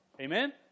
Amen